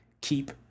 keep